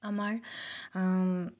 আমাৰ